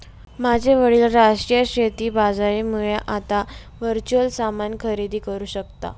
माझे वडील राष्ट्रीय शेती बाजारामुळे आता वर्च्युअल सामान खरेदी करू शकता